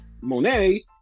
Monet